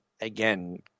again